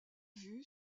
vue